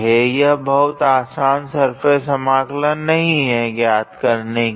यह बहुत आसन सर्फेस समाकलन नहीं है ज्ञात करने के लिए